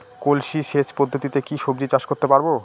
কলসি সেচ পদ্ধতিতে কি সবজি চাষ করতে পারব?